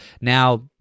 Now